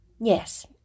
Yes